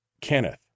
Kenneth